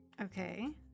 Okay